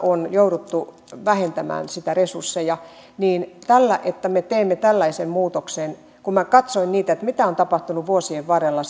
on jouduttu vähentämään niitä resursseja niin tällä että me teemme tällaisen muutoksen kun minä katsoin mitä on tapahtunut vuosien varrella